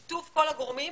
בשיתוף כל הגורמים,